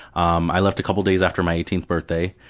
um i left a couple of days after my eighteenth birthday.